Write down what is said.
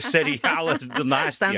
serialas dinastija